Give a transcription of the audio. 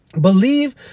believe